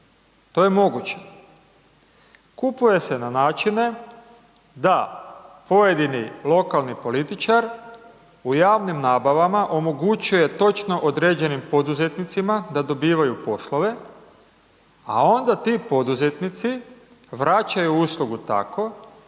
To je moguće. Kupuje se na načine da pojedini lokalni političar u javnim nabavama omogućuje točno određenim poduzetnicima da dobivaju poslove, a onda ti poduzetnici vraćaju uslugu tako,